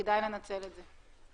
כדאי לנצל את זה.